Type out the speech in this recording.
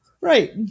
Right